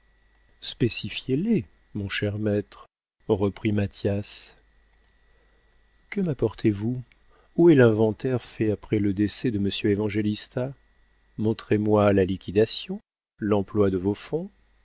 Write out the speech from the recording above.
spécifiez les mon cher maître reprit mathias que m'apportez-vous où est l'inventaire fait après le décès de monsieur évangélista montrez-moi la liquidation l'emploi de vos fonds